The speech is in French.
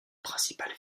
principal